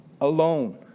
alone